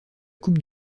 coupe